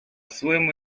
своему